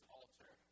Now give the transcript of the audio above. altar